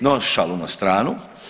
No, šalu na stranu.